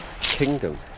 kingdom